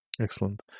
excellent